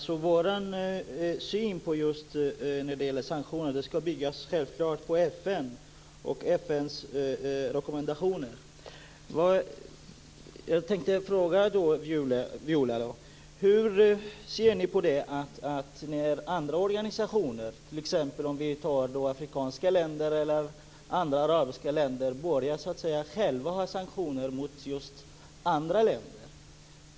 Fru talman! Vår syn på sanktionerna är att de självklart skall bygga på FN och FN:s rekommendationer. Jag tänkte fråga Viola Furubjelke: Hur ser majoriteten på när andra organisationer, t.ex. i afrikanska eller arabiska länder, själva börjar använda sanktioner mot andra länder?